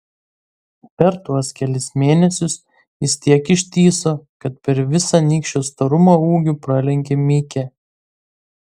per tuos kelis mėnesius jis tiek ištįso kad per visą nykščio storumą ūgiu pralenkė mikę